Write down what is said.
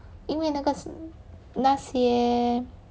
因为那个是那些